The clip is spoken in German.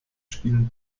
spielen